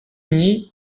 uni